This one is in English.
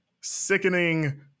sickening